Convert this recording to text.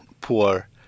poor